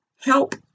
Help